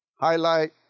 Highlight